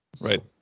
right